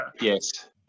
Yes